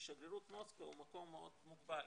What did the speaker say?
שגרירות מוסקבה היא מקום מאוד מוגבל,